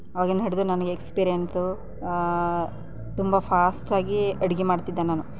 ಆವಾಗಿಂದ ಹಿಡಿದು ನನ್ಗೆ ಎಕ್ಸ್ಪೀರಿಯನ್ಸು ತುಂಬ ಫಾಸ್ಟಾಗಿ ಅಡುಗೆ ಮಾಡ್ತಿದ್ದೆ ನಾನು